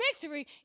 victory